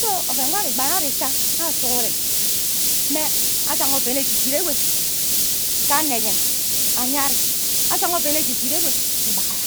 So oven nwo ari igba nne ori isa awo sughuren mme azanga oven edit enwe ke anno enyen ayen ari azanga oven edit enwe ghe ubaghara